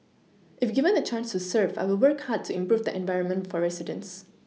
if given the chance to serve I will work hard to improve the environment for residents